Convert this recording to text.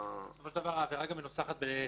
בסופו של דבר העבירה גם מנוסחת במילים